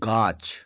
গাছ